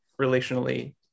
relationally